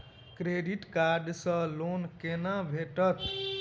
Credit card सँ loan कोना भेटत?